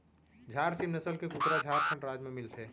झारसीम नसल के कुकरा झारखंड राज म मिलथे